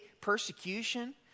persecution